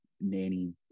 nanny